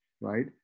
right